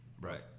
Right